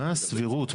מה הסבירות,